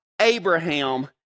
Abraham